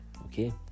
okay